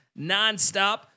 nonstop